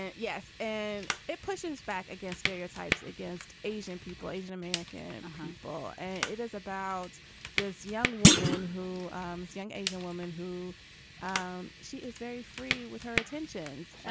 and yes. and it pushes back against stereotypes against asian people, asian american people. and it is about this young woman who um is a young asian woman who um she is very free with her attentions and